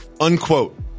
unquote